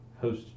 host